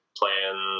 playing